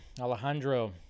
Alejandro